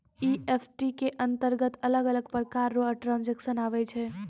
EFT के अंतरगत अलग अलग प्रकार रो ट्रांजेक्शन आवै छै